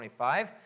25